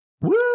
Woo